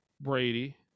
Brady